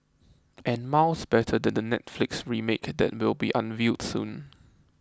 and miles better than the Netflix remake that will be unveiled soon